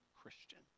Christian